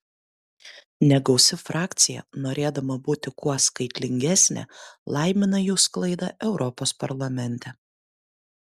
negausi frakcija norėdama būti kuo skaitlingesnė laimina jų sklaidą europos parlamente